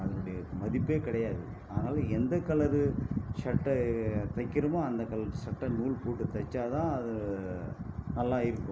அதனுடைய மதிப்பே கிடையாது அதனால் எந்த கலரு சட்டை தைக்கிறொமோ அந்த கலர் சட்டை நூல் போட்டு தைச்சால் தான் அது நல்லா இருக்கும்